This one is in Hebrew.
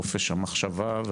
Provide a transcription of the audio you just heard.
חופש המחשבה,